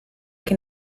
che